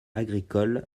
agricole